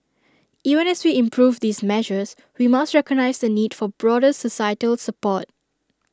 even as we improve these measures we must recognise the need for broader societal support